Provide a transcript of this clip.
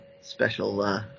special